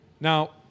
Now